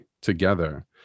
together